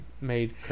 made